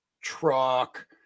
truck